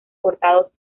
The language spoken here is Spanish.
cortados